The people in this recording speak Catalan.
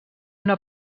una